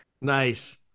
Nice